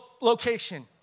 location